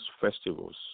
festivals